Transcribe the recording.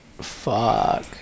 Fuck